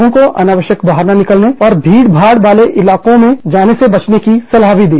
उन्होंने लोगों को अनावश्यक बाहर न निकलने और भीड़ भाड़ वाले इलाकों में जाने से बचने की सलाह भी दी